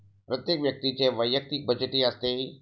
प्रत्येक व्यक्तीचे वैयक्तिक बजेटही असते